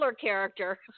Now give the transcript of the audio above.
character